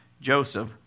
Joseph